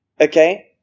okay